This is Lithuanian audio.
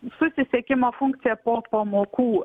susisiekimo funkcija po pamokų